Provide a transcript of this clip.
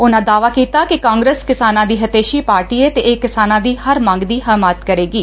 ਉਨਾਂ ਦਾਅਵਾ ਕੀਤਾ ਕਿ ਕਾਂਗਰਸ ਕਿਸਾਨਾਂ ਦੀ ਹਿਤੈਸ਼ੀ ਪਾਰਟੀ ਏ ਅਤੇ ਇਹ ਕਿਸਾਨਾਂ ਦੀ ਹਰ ਮੰਗ ਦੀ ਹਮਾਇਤ ਕਰੇਗੀ